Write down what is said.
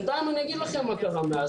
בנתיים אני אגיד לכם מה קרה מאז.